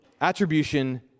attribution